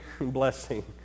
blessing